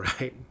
right